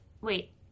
wait